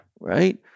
right